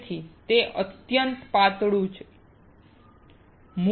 તેથી તે અત્યંત પાતળું છે